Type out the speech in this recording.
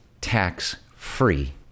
tax-free